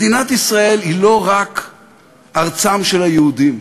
מדינת ישראל היא לא רק ארצם של היהודים,